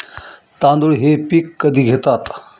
तांदूळ हे पीक कधी घेतात?